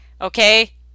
okay